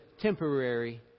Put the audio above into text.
temporary